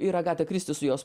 ir agata kristi su jos